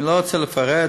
אני לא רוצה לפרט,